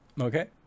okay